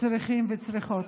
צריכים וצריכות.